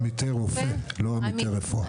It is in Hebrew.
עמיתי רופא, לא עמיתי רפואה.